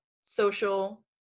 social